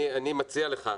אני מציע לך,